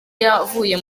yavuye